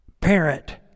Parent